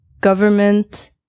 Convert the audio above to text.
government